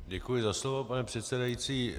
Děkuji za slovo, pane předsedající.